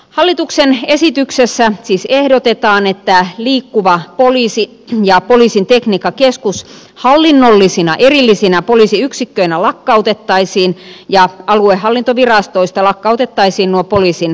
hallituksen esityksessä siis ehdotetaan että liikkuva poliisi ja poliisin tekniikkakeskus hallinnollisina erillisinä poliisiyksikköinä lakkautettaisiin ja aluehallintovirastoista lakkautettaisiin nuo poliisin vastuualueet